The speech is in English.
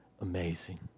amazing